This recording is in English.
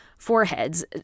foreheads